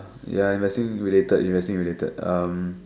ya investing related investing related um